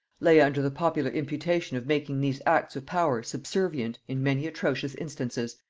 lay under the popular imputation of making these acts of power subservient, in many atrocious instances,